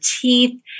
teeth